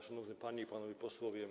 Szanowny Panie i Panowie Posłowie!